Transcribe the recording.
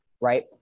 Right